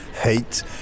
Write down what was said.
hate